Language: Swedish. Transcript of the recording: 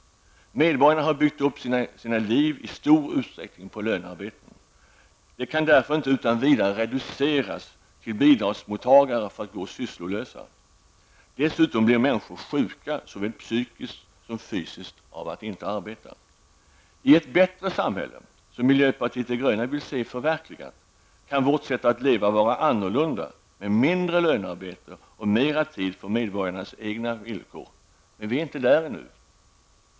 Medborgarna har byggt upp sina liv i stor utsträckning på lönearbeten. De kan därför inte utan vidare reduceras till bidragsmottagare för att gå sysslolösa. Dessutom blir människor sjuka såväl psykiskt som fysiskt av att inte arbeta. I ett bättre samhälle, som miljöpartiet de gröna vill se förverkligat, kan vårt sätt att leva och vara annorlunda med mindre lönearbete och mera tid för arbete på medborgarnas egna villkor bli verklighet, men vi är inte där ännu.